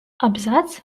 абзац